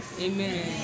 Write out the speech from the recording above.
Amen